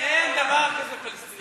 אין דבר כזה פלסטינים.